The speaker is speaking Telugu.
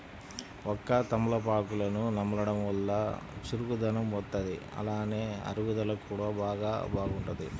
వక్క, తమలపాకులను నమలడం వల్ల చురుకుదనం వత్తది, అలానే అరుగుదల కూడా చానా బాగుంటది